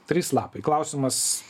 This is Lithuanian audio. trys lapai klausimas